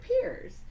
peers